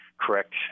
correct